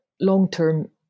long-term